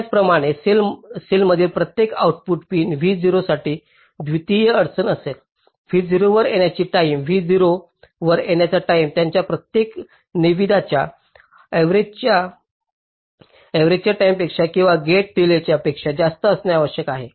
त्याचप्रमाणे सेलमधील प्रत्येक आउटपुट पिन VO साठी द्वितीय अडचण असेल VO वर येण्याची टाईम VO वर येण्याची टाईम त्याच्या प्रत्येक निविदाच्या अर्रेवालच्या टाईमेपेक्षा किंवा गेटच्या डीलेय पेक्षा जास्त असणे आवश्यक आहे